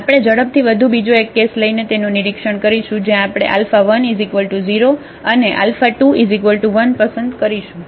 આપણે ઝડપથી વધુ બીજો એક કેસ લઈને તેનું નિરીક્ષણ કરશું જ્યાં આપણે α1 0 α2 1 પસંદ કરીશું